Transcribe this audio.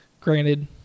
Granted